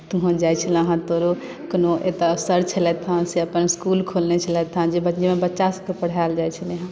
तुहूँ जाइत छले हेँ तोरो कोनो एतय सर छलथि हेँ से अपन इस्कुल खोलने छलथि हेँ जे बदलेमे बच्चासभकेँ पढ़ायल जाइत छलै हेँ